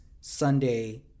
Sunday